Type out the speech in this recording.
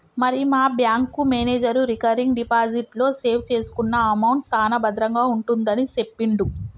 మరి మా bank manager recurring deposit లో సేవ్ చేసుకున్న అమౌంట్ సాన భద్రంగా ఉంటుందని సెప్పిండు